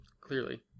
clearly